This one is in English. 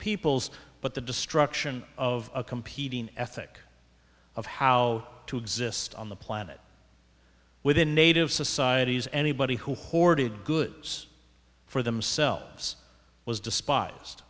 peoples but the destruction of a competing ethic of how to exist on the planet within native societies anybody who hoarded goods for themselves was despised